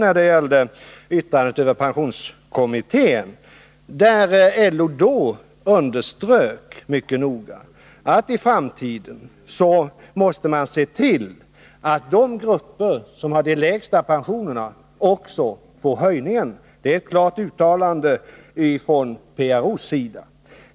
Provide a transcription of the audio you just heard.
LO underströk i detta yttrande mycket noga att man i framtiden måste se till att också de grupper som har de lägsta pensionerna får pensionshöjningar. Också PRO har klart uttalat sig för detta.